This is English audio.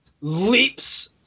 leaps